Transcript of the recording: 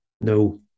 No